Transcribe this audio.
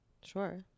sure